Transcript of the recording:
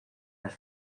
las